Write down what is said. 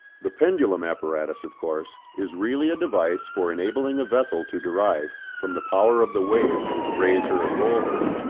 the pendulum apparatus, of course, is really a device for enabling a vessel to derive, from the power of the waves which raise her and roll her,